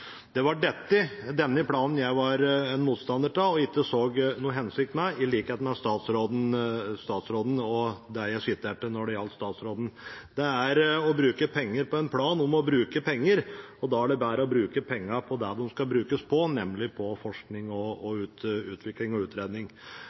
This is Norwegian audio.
Det var denne planen jeg var motstander av og i likhet med statsråden ikke så noen hensikt med, og det var i den sammenheng jeg siterte statsråden. Det er å bruke penger på en plan om å bruke penger. Da er det bedre å bruke pengene på det de skal brukes på, nemlig forskning, utvikling og utredning. Misforståelsen er herved oppklart, og